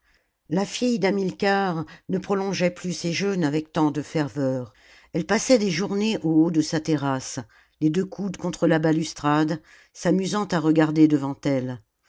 la fille d'hamilcar ne prolongeait plus ses jeûnes avec tant de ferveur elle passait des journées au haut de sa terrasse les deux coudes contre la balustrade s'amusant à regarder devant elle